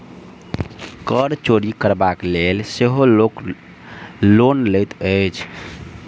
कर चोरि करबाक लेल सेहो लोक लोन लैत अछि